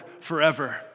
forever